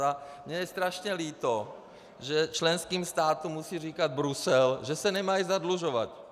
A je mně strašně líto, že členským státům musí říkat Brusel, že se nemají zadlužovat.